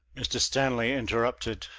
mr. stanley interrupted,